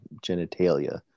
genitalia